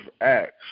Acts